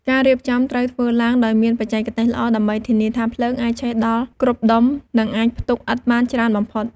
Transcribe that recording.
ការរៀបចំត្រូវធ្វើឡើងដោយមានបច្ចេកទេសល្អ ដើម្បីធានាថាភ្លើងអាចឆេះដល់គ្រប់ដុំ និងអាចផ្ទុកឥដ្ឋបានច្រើនបំផុត។